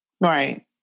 Right